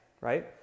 right